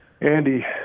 Andy